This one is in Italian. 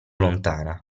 lontana